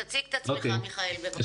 תציג את עצמך בבקשה.